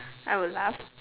I will laugh